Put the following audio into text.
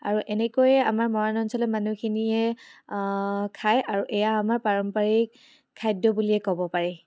আৰু এনেকৈয়ে আমাৰ মৰাণ অঞ্চলৰ মানুহখিনিয়ে খাই আৰু এয়া আমাৰ পাৰম্পাৰিক খাদ্য বুলিয়ে ক'ব পাৰি